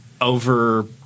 over